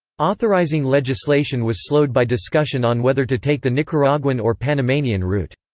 authorizing legislation was slowed by discussion on whether to take the nicaraguan or panamanian route.